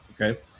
okay